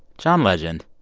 john legend,